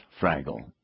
Fraggle